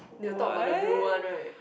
they will talk about the blue one right